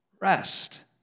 Rest